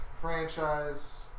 franchise